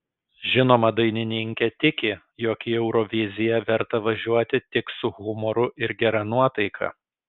žinoma dainininkė tiki jog į euroviziją verta važiuoti tik su humoru ir gera nuotaika